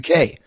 UK